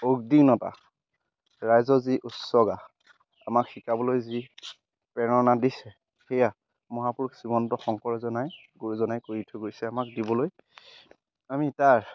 উদ্বিগ্নতা ৰাইজৰ যি উচৰ্গা আমাক শিকাবলৈ যি প্ৰেৰণা দিছে সেয়া মহাপুৰুষ শ্ৰীমন্ত শংকৰজনাই গুৰুজনাই কৰি থৈ গৈছে আমাক দিবলৈ আমি তাৰ